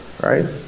right